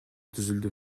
түзүлдү